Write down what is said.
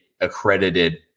accredited